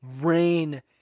rain